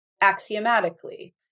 axiomatically